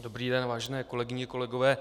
Dobrý den, vážené kolegyně, kolegové.